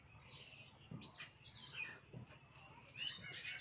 कब तक गोदाम में रख देबे जे दाना सब में नमी नय पकड़ते?